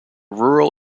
rural